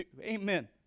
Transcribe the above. amen